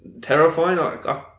Terrifying